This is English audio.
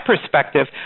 perspective